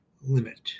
limit